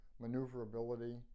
maneuverability